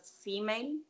female